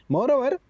Moreover